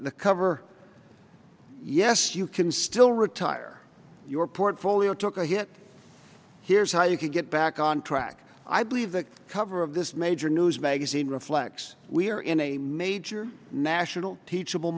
the cover yes you can still retire your portfolio took a hit here's how you could get back on track i believe the cover of this major news magazine reflects we are in a major national teachable